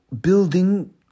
building